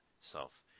self